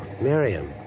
Miriam